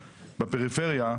בפריפריה,